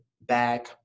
back